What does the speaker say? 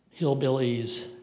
hillbillies